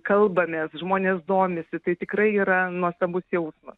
kalbamės žmonės domisi tai tikrai yra nuostabus jausmas